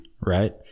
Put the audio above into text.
right